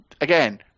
again